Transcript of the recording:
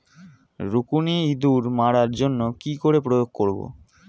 রুকুনি ইঁদুর মারার জন্য কি করে প্রয়োগ করব?